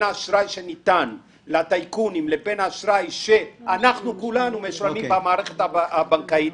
האשראי שניתן לטייקונים לבין האשראי שכולנו משלמים במערכת הבנקאית,